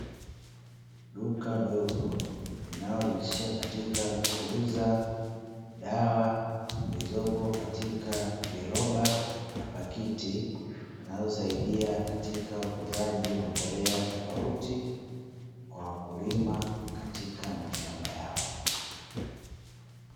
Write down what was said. Duka dogo linalojihusisha katika kuuza dawa zilizopo katika kiroba na pakiti, zinazosaidia katika ukuzaji wa mbolea tofauti kwa wakulima katika mashamba yao.